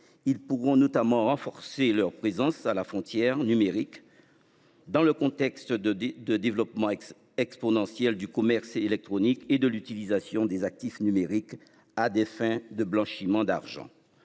Ils pourront notamment renforcer leur présence à la frontière numérique. Dans le contexte de des de développement exponentiel du commerce électronique et de l'utilisation des actifs numériques à des fins de blanchiment d'argent.